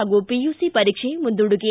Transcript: ಹಾಗೂ ಪಿಯುಸಿ ಪರೀಕ್ಷೆ ಮುಂದೂಡಿಕೆ